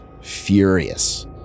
furious